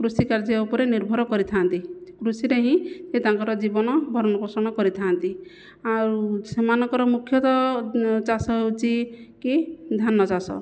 କୃଷିକାର୍ଯ୍ୟ ଉପରେ ନିର୍ଭର କରିଥା'ନ୍ତି କୃଷିରେ ହିଁ ସେ ତାଙ୍କର ଜୀବନ ଭରଣପୋଷଣ କରିଥା'ନ୍ତି ଆଉ ସେମାନଙ୍କର ମୁଖ୍ୟତଃ ଚାଷ ହେଉଛି କି ଧାନଚାଷ